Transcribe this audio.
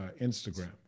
Instagram